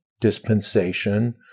dispensation